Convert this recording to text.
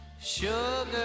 Sugar